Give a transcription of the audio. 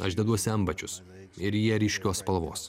aš deduosi antbačius ir jie ryškios spalvos